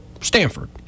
Stanford